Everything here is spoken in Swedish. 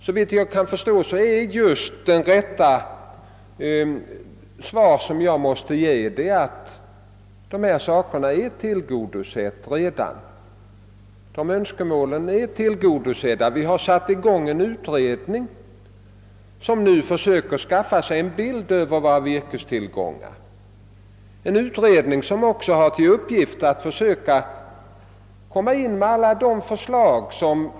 Såvitt jag förstår måste mitt svar bli just att dessa önskemål redan är tillgodosedda. Vi har tillsatt en utredning som nu försöker skapa sig en bild av våra virkestillgångar och framlägga de förslag som kan föranledas av undersökningen.